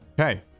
Okay